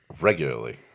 regularly